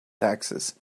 taxes